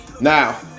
Now